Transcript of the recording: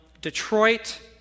Detroit